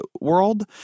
world